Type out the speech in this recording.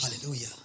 Hallelujah